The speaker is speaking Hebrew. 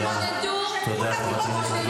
היא אומרת במה שהיא פרסמה היום שכולם פדופילים ואנסים.